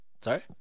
Sorry